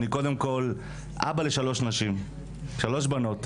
אני, קודם כל, אבא לשלוש בנות מדהימות,